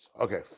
Okay